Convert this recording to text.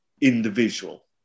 individual